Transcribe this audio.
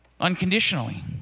unconditionally